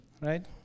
right